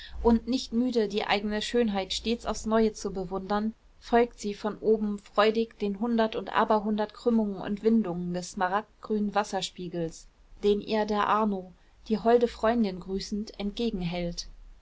und nicht müde die eigene schönheit stets aufs neue zu bewundern folgt sie von oben freudig den hundert und aberhundert krümmungen und windungen des smaragdgrünen wasserspiegels den ihr der arno die holde freundin grüßend